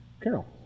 Carol